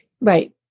Right